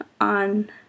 on